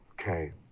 Okay